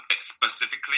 specifically